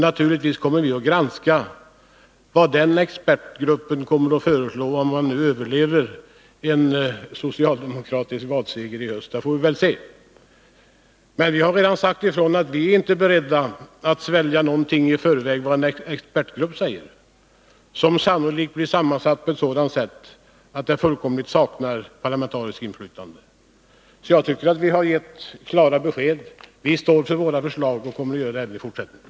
Naturligtvis kommer vi att granska vad expertgruppen föreslår, om den nu överlever en socialdemokratisk valseger i höst — det får vi väl se. Men vi har redan sagt ifrån att vi inte är beredda att svälja någonting i förväg av vad en expertgrupp säger, en grupp som sannolikt blir sammansatt på ett sådant sätt att parlamentariskt inflytande fullständigt saknas. Jag tycker att vi har givit klara besked. Vi står för våra förslag och kommer att göra det även i fortsättningen.